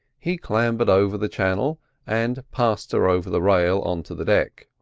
he clambered over the channel and passed her over the rail on to the deck.